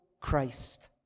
Christ